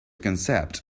concept